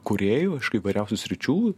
kūrėjų iš įvairiausių sričių